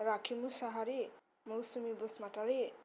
राखि मुसाहारि मौसुमि बसुमतारि